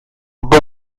poca